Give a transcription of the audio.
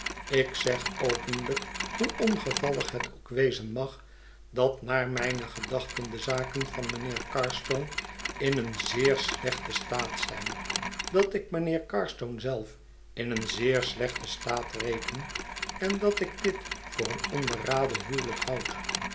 ik zeg openlijk hoe ongevallig het ook wezen mag dat naar mijne gedachten de zaken van mijnheer carstone in een zeer slechten staat zijn dat ik mijnheer carstone zelf in een zeer slechten staat reken en dat ik dit voor een onberaden huwelijk houd